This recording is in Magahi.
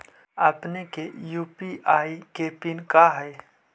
अपने के यू.पी.आई के पिन का हई